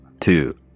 two